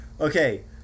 Okay